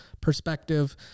perspective